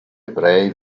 ebrei